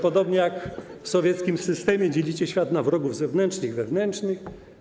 Podobnie jak w sowieckim systemie dzielicie świat na wrogów zewnętrznych i wewnętrznych.